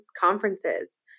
conferences